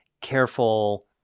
careful